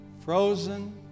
frozen